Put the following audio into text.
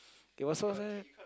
there was also a